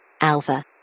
alpha